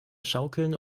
schaukeln